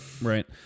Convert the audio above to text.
Right